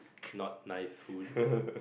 not nice food